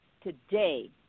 today